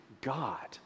God